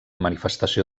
manifestació